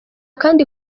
kandi